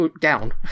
down